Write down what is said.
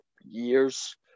years